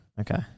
Okay